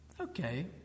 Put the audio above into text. Okay